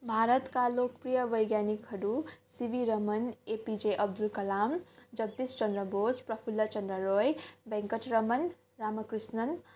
भारतका लोकप्रिय वैज्ञानिकहरू C V Raman A P J Abdul Kalam Jagadishchandra Bose Prafullachandra Roy Venkat Raman Ramakrishnan